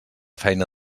feina